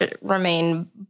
remain